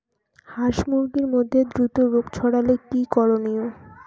হাস মুরগির মধ্যে দ্রুত রোগ ছড়ালে কি করণীয়?